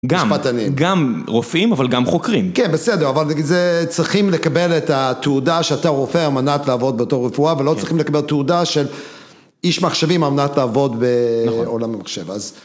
גם רופאים, אבל גם חוקרים. כן, בסדר, אבל צריכים לקבל את התעודה שאתה רופא על מנת לעבוד בתור רפואה, ולא צריכים לקבל תעודה של איש מחשבים על מנת לעבוד בעולם המחשב.